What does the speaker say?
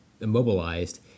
immobilized